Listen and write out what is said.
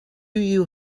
you